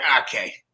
okay